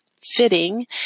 fitting